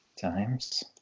Times